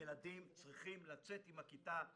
ילדים צריכים לצאת עם הכיתה לטיול,